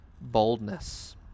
boldness